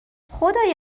خدای